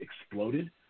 exploded